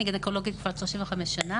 אני גניקולוגית כבר 35 שנה.